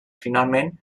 finalment